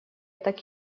так